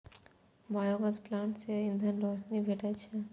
biogas plant सं ईंधन, रोशनी भेटै छै